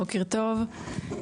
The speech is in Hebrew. בוקר טוב,